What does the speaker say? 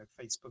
Facebook